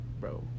bro